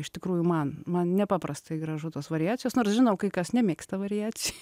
iš tikrųjų man man nepaprastai gražu tos variacijos nors žinau kai kas nemėgsta variacijų